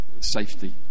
safety